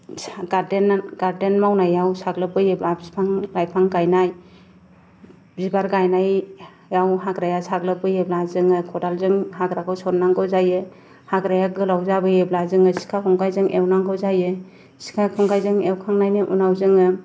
garden मावनायाव साग्लोब बोयोबा बिफां लाइफां गायनाय बिबार गायनायाव हाग्राया साग्लोबबोयोब्ला जोङो खदालजों हाग्राखौ सननांगौ जायो हाग्राया गोलाव जाबोयोब्ला जोङो सिखा खंखाइजों एवनांगौ जायो सिखा खंखाइजों एवखांनायनि उनाव जोङो